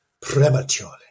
prematurely